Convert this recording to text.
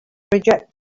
reject